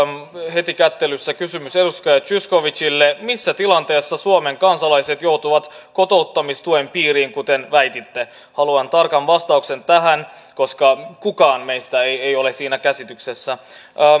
heti kättelyssä kysymys edustaja zyskowiczille missä tilanteessa suomen kansalaiset joutuvat kotouttamistuen piiriin kuten väititte haluan tarkan vastauksen tähän koska kukaan meistä ei ei ole siinä käsityksessä